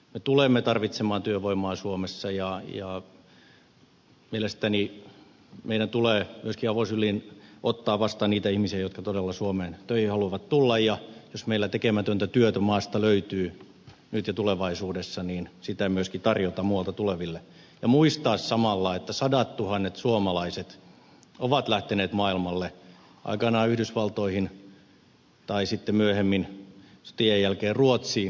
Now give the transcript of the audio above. me tulemme tarvitsemaan työvoimaa suomessa ja mielestäni meidän tulee myöskin avosylin ottaa vastaan niitä ihmisiä jotka todella suomeen töihin haluavat tulla ja jos meillä tekemätöntä työtä maasta löytyy nyt ja tulevaisuudessa sitä myöskin tarjota muualta tuleville ja muistaa samalla että sadattuhannet suomalaiset ovat lähteneet maailmalle aikanaan yhdysvaltoihin tai sitten myöhemmin sotien jälkeen ruotsiin tekemään töitä